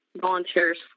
volunteers